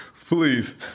please